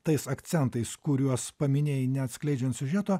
tais akcentais kuriuos paminėjai neatskleidžiant siužeto